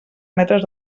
metres